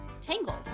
Tangled